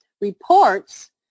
reports